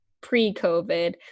pre-COVID